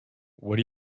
what